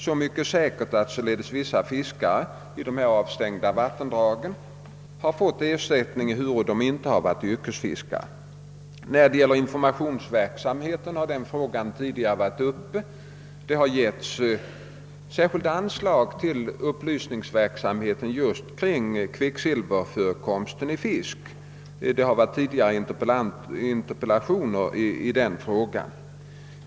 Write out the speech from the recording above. Så mycket är säkert som att vissa fiskare i ifrågavarande valtendrag fått ersättning ehuru de inte är yrkesfiskare. Frågan om informationsverksamheten har förut varit uppe. Det har givits särskilda anslag till upplysningsverksamhet just kring kvicksilverförekomsten i fisk. Frågan har också behandlats i interpellationsdebatter tidigare.